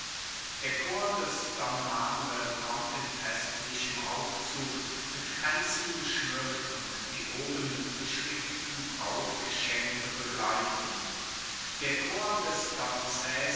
der chor des don manuel kommt in festlichem aufzug mit kränzen geschmückt und die oben beschriebnen brautgeschenke begleitend der chor de